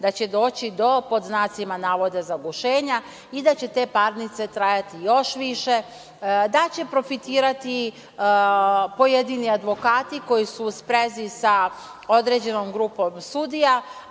da će doći pod znacima navoda zabušenja i da će te parnice trajati još više, da će profitirati pojedini advokati koji su u sprezi sa određenom grupom sudija,